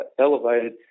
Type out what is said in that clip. elevated